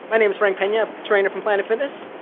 my name is frank pena, trainer from planet fitness.